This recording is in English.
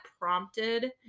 prompted